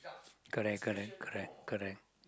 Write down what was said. correct correct correct correct correct